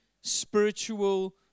spiritual